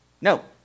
No